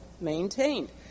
maintained